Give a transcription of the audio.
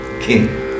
king